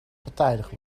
partijdig